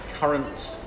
current